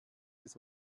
des